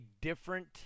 different